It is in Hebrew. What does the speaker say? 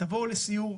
תבואו לסיור,